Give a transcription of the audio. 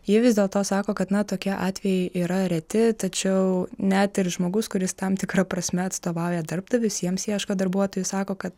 ji vis dėlto sako kad na tokie atvejai yra reti tačiau net ir žmogus kuris tam tikra prasme atstovauja darbdavius jiems ieško darbuotojų sako kad